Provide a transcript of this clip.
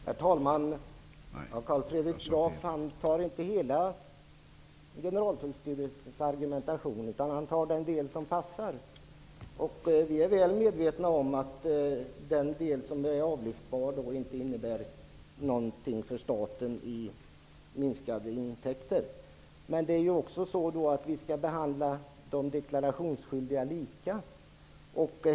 Herr talman! Carl Fredrik Graf framför inte Generaltullstyrelsens hela argumentation. Han håller sig till det som passar honom. Vi är väl medvetna om att den del som är avlyftbar inte innebär någonting för staten när det gäller minskade intäkter. Men vi skall ju behandla de deklarationsskyldiga lika.